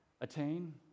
attain